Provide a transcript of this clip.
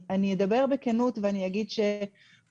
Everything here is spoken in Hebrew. אני אדבר בכנות ואני אגיד שאני